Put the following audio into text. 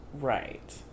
Right